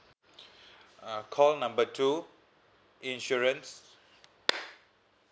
uh call number two insurance